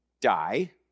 Die